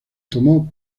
tomó